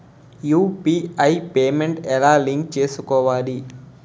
UPI payment ఎలా link చేసుకోవాలి?